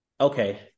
Okay